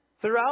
Throughout